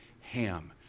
Ham